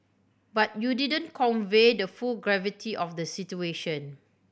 but you didn't convey the full gravity of the situation